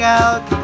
out